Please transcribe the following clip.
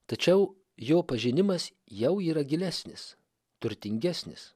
tačiau jo pažinimas jau yra gilesnis turtingesnis